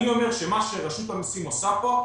אני אומר שמה שרשות המסים עושה פה,